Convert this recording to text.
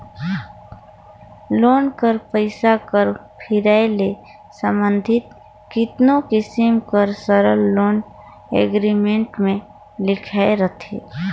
loan कर पइसा कर फिराए ले संबंधित केतनो किसिम कर सरल लोन एग्रीमेंट में लिखाए रहथे